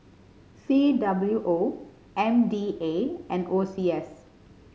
C W O M D A and O C S